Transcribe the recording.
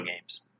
games